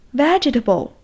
vegetable